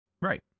Right